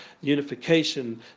unification